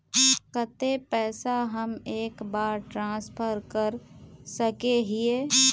केते पैसा हम एक बार ट्रांसफर कर सके हीये?